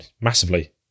massively